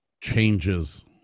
changes